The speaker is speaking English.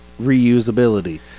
reusability